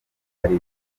hari